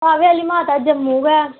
बाह्वे आह्ली माता जम्मू गै